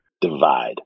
divide